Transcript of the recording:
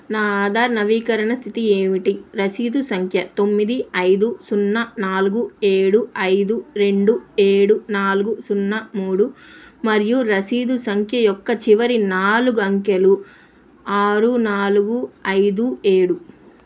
నా ఆధార్ నవీకరణ స్థితి ఏమిటి రసీదు సంఖ్య తొమ్మిది ఐదు సున్నా నాలుగు ఏడు ఐదు రెండు ఏడు నాలుగు సున్నా మూడు మరియు రసీదు సంఖ్య యొక్క చివరి నాలుగు అంకెలు ఆరు నాలుగు ఐదు ఏడు